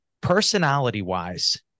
personality-wise